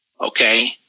Okay